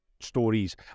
stories